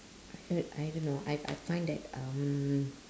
I heard I don't know I I find that um